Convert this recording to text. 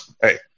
hey